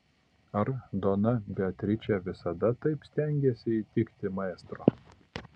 ar dona beatričė visada taip stengėsi įtikti maestro